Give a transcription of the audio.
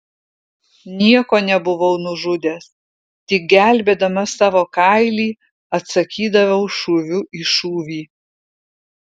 nieko nebuvau nužudęs tik gelbėdamas savo kailį atsakydavau šūviu į šūvį